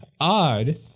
odd